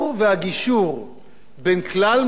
בין כלל מרכיבי הפאזל הלאומי